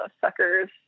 suckers